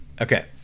Okay